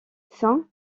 saint